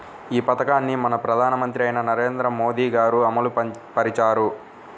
ఈ పథకాన్ని మన ప్రధానమంత్రి అయిన నరేంద్ర మోదీ గారు అమలు పరిచారు